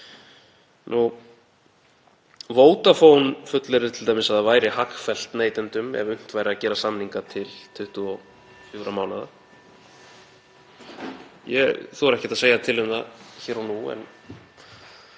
Vodafone fullyrðir t.d. að það væri hagfellt neytendum ef unnt væri að gera samninga til 24 mánaða. Ég þori ekki að segja til um það hér og nú.